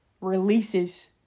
releases